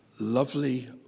lovely